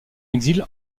exil